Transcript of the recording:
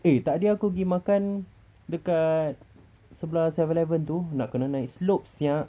eh tadi aku pergi makan dekat sebelah seven eleven tu nak kena naik slope sia